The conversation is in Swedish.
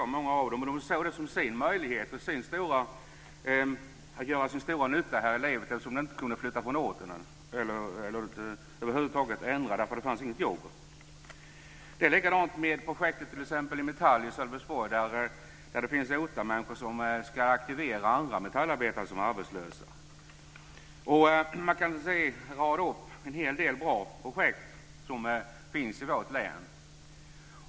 De såg det som sin stora möjlighet att göra nytta, eftersom de inte kunde flytta från orten. Det fanns inget jobb. Det finns också ett projekt i Metall i Sölvesborg, där OTA-människor ska aktivera andra metallarbetare som är arbetslösa. Man kan rada upp flera bra projekt i vårt län.